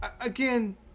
Again